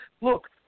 look